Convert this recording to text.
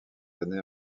années